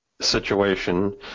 situation